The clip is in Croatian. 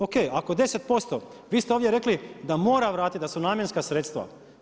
OK, ako 10%, vi ste ovdje rekli, da mora vratiti, da su namjenska sredstva.